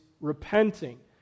repenting